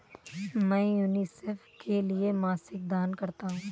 मैं यूनिसेफ के लिए मासिक दान करता हूं